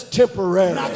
temporary